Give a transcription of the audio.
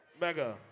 Mega